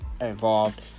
involved